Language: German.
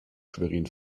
schwerin